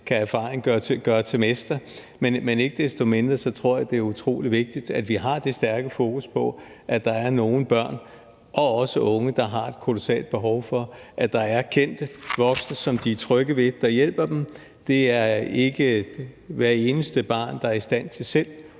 kan erfaring gøre til mester, men ikke desto mindre tror jeg, det er utrolig vigtigt, at vi har det stærke fokus på, at der er nogle børn og også unge, der har et kolossalt behov for, at der er kendte voksne, som de er trygge ved, der hjælper dem. Det er ikke hvert eneste barn, der er i stand til selv